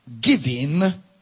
giving